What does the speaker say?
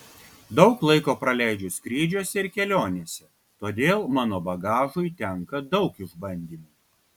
daug laiko praleidžiu skrydžiuose ir kelionėse todėl mano bagažui tenka daug išbandymų